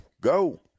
go